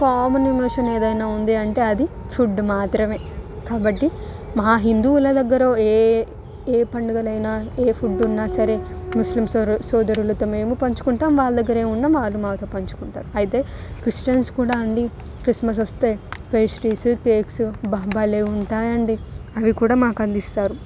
common emotion ఏదైనా ఉంది అంటే అది ఫుడ్ మాత్రమే కాబట్టి మా హిందువుల దగ్గర ఏ ఏ ఏ పండుగనైనా ఏ ఫుడ్ ఉన్నా సరే ముస్లిమ్స్ సోద సోదరులతో మేము పంచుకుంటాం వాళ్ళ దగ్గర ఏమున్నా మాతో పంచుకుంటారు అయితే క్రిస్టియన్స్ కూడా అండి క్రిస్మస్ వస్తే పేస్ట్రీస్ కేక్స్ అబ్బా భలే ఉంటాయి అండి అవి కూడా మాకు అందిస్తారు